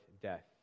death